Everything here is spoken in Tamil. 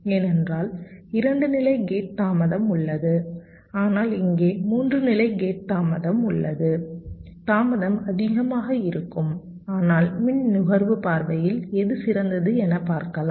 ஏனென்றால் 2 நிலை கேட் தாமதம் உள்ளது ஆனால் இங்கே 3 நிலை கேட் தாமதம் உள்ளது தாமதம் அதிகமாக இருக்கும் ஆனால் மின் நுகர்வு பார்வையில் எது சிறந்தது என பார்க்கலாம்